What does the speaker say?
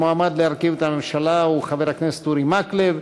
המועמד להרכיב את הממשלה הוא חבר הכנסת אורי מקלב,